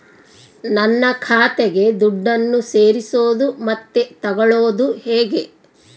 ನನ್ನ ಖಾತೆಗೆ ದುಡ್ಡನ್ನು ಸೇರಿಸೋದು ಮತ್ತೆ ತಗೊಳ್ಳೋದು ಹೇಗೆ?